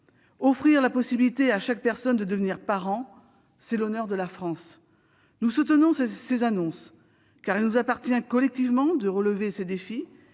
Offrir la possibilité à chaque personne de devenir parent, c'est l'honneur de la France. Nous soutenons ces annonces, car il nous appartient collectivement de relever ces défis